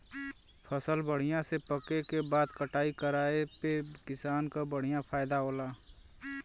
फसल बढ़िया से पके क बाद कटाई कराये पे किसान क बढ़िया फयदा होला